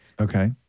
Okay